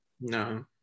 No